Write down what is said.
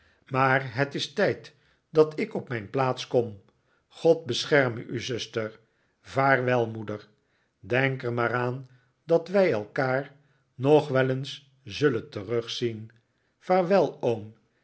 maar het is tijd dat ik op mijn plaats kom god bescherme u zuster vaarwel moeder denk er maar aan dat wij elkaar nog wel eens zullen terugzien vaarwel m